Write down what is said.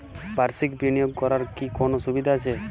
বাষির্ক বিনিয়োগ করার কি কোনো সুবিধা আছে?